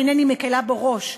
אינני מקִלה בו ראש,